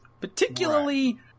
Particularly